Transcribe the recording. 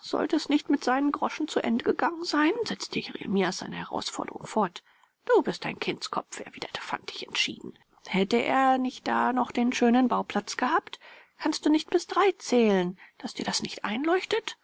sollte es nicht mit seinen groschen zu ende gegangen sein setzte jeremias seine herausforderung fort du bist ein kindskopf erwiderte fantig entschieden hätte er nicht da noch den schönen bauplatz gehabt kannst du nicht bis drei zählen daß dir das nicht einleuchtet